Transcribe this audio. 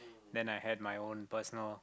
then I had my own personal